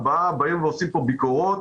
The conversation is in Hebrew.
ארבעה באים ועושים פה ביקורות.